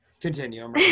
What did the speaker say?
continue